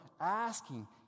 asking